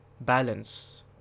balance